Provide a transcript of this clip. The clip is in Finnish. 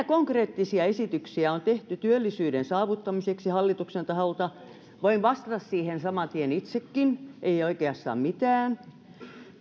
konkreettisia esityksiä on tehty työllisyyden saavuttamiseksi hallituksen taholta voin vastata siihen samantien itsekin ei oikeastaan mitään